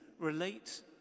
relate